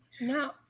No